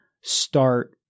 start